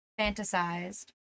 fantasized